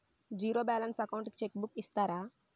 Zero balance account కి cheque book ఇస్తారా?